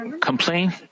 complain